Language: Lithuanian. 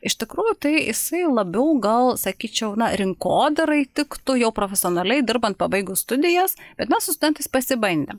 iš tikrųjų tai jisai labiau gal sakyčiau na rinkodarai tiktų jau profesionaliai dirbant pabaigus studijas bet mes su stuentais pasibandėm